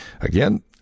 Again